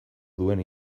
duen